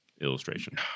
illustration